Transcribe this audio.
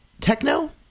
techno